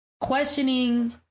questioning